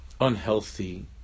Unhealthy